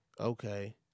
Okay